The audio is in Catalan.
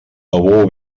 bou